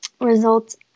results